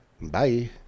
Bye